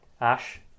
Ash